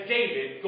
David